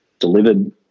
Delivered